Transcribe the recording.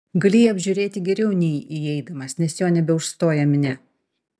gali jį apžiūrėti geriau nei įeidamas nes jo nebeužstoja minia